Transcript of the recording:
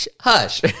hush